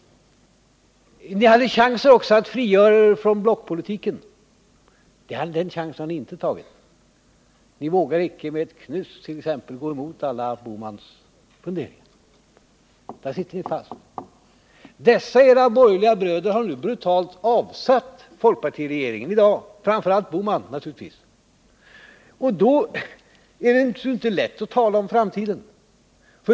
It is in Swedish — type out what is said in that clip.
Folkpartiet hade också chansen att frigöra sig från blockpolitiken. Den chansen har ni däremot inte tagit. Ni har inte med ett knyst vågat gå emot alla herr Bohmans funderingar. Där sitter ni fast. Dessa era borgerliga bröder — framför allt herr Bohman, naturligtvis — har nu brutalt avsatt folkpartiregeringen. Då är det naturligtvis inte lätt att tala om framtiden.